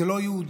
זה לא יהודי,